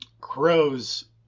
crows